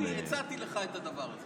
אני הצעתי לך את הדבר הזה.